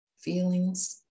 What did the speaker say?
feelings